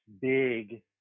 big